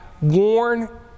warn